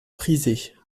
frisés